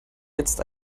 jetzt